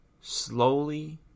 slowly